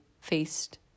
faced